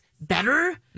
better